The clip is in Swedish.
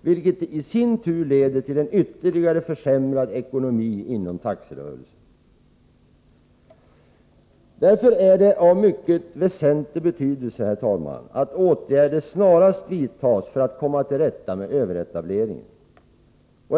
vilket i sin tur leder till en ytterligare försämrad ekonomi inom taxirörelsen. Herr talman! Det är mycket väsentligt att åtgärder snarast vidtas för att komma till rätta med överetableringen.